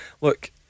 look